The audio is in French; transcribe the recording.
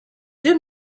deux